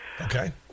Okay